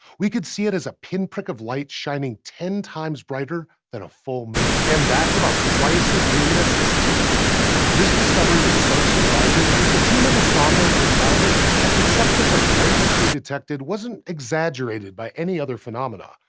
we could see it as a pinprick of light shining ten times brighter than a full moon. and that's about twice as luminous as typical agn! yeah this discovery was so surprising that the team of astronomers that found it had to check the brightness they detected wasn't exaggerated by any other phenomenon.